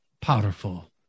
powerful